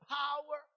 power